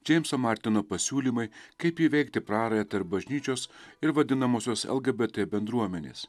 džeimso martino pasiūlymai kaip įveikti prarają tarp bažnyčios ir vadinamosios lgbt bendruomenės